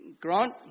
Grant